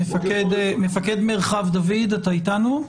מפקד מרחב דוד, אתה איתנו?